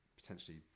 potentially